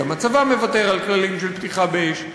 גם הצבא מוותר על כללים של פתיחה באש,